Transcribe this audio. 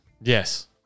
Yes